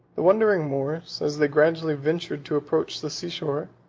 the wandering moors, as they gradually ventured to approach the seashore,